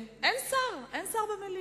אין שר במליאה.